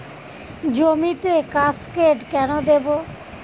জমিতে কাসকেড কেন দেবো?